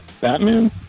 Batman